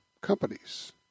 Companies